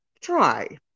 Try